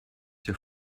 your